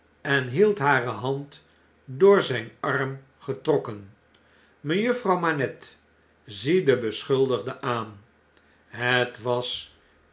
en hield hare hand door zijn arm getrokken mejuffrouw manette zie den beschuldigde aan het was